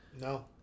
No